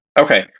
Okay